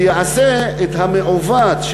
שיתקן את המעוות,